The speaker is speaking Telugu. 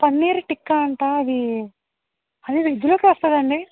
పన్నీర్ టిక్కా అంట అది అది వెజ్ లోకి వస్తుందా అండి